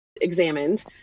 examined